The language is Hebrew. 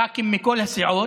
ח"כים מכל הסיעות,